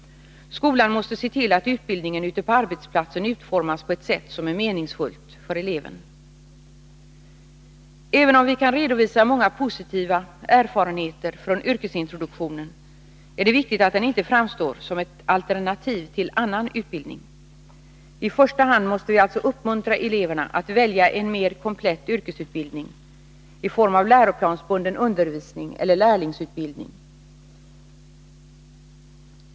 Skolan måste se till att utbildningen ute på arbetsplatsen utformas på ett sätt som är meningsfullt för eleven. Även om vi kan redovisa många positiva erfarenheter från yrkesintroduk tionen är det viktigt att den inte framstår som ett alternativ till annan utbildning. I första hand måste vi alltså uppmuntra eleverna att välja en mera komplett yrkesutbildning, i form av läroplansbunden undervisning eller lärlingsutbildning.